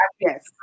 Yes